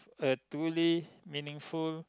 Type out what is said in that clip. a truly meaningful